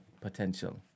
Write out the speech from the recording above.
potential